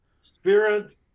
spirit